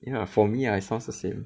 ya for me lah it sounds the same